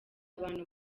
abantu